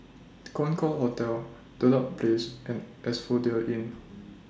Concorde Hotel Dedap Place and Asphodel Inn